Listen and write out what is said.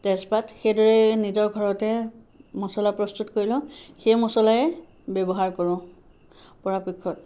তেজপাত সেইদৰে নিজৰ ঘৰতে মছলা প্ৰস্তুত কৰি লওঁ সেই মছলাই ব্যৱহাৰ কৰোঁ পৰাপক্ষত